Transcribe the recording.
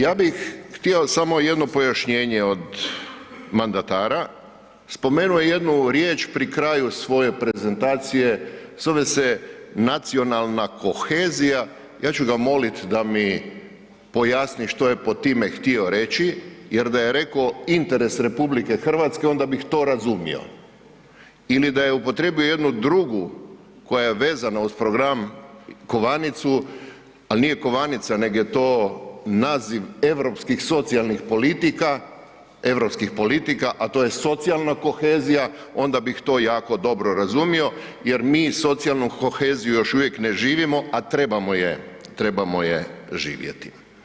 Ja bih htio samo jedno pojašnjenje od mandatara, spomenuo je jednu riječ pri kraju svoje prezentacije, zove se nacionalna kohezija, ja ću ga moliti da mi pojasni što je pod time htio reći, jer da je rekao interes RH onda bih to razumio ili da je upotrijebio jednu drugu koja je vezana uz program kovanicu, ali nije kovanica nego je to naziv europskih socijalnih politika, europskih politika, a to je socijalna kohezija onda bih to jako dobro razumio jer mi socijalnu koheziju još uvijek ne živimo, a trebamo je, trebamo je živjeti.